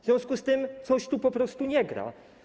W związku z tym coś tu po prostu nie gra.